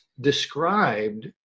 described